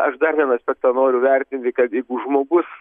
aš dar vieną aspektą noriu įvertinti kad jeigu žmogus